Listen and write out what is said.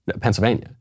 Pennsylvania